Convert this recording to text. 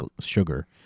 sugar